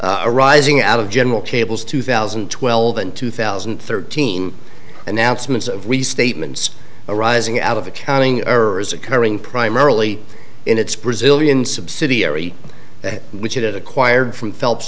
arising out of general cables two thousand and twelve and two thousand and thirteen announcements of restatements arising out of accounting errors occurring primarily in its brazilian subsidiary which it acquired from phelps